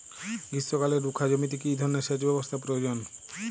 গ্রীষ্মকালে রুখা জমিতে কি ধরনের সেচ ব্যবস্থা প্রয়োজন?